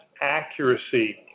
accuracy